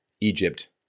Egypt